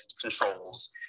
controls